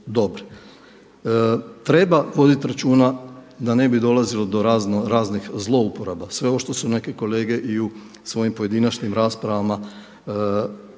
Treba voditi računa da ne bi dolazilo do raznoraznih zlouporaba. Sve ovo što su neke kolege i u svojim pojedinačnim raspravama dovodili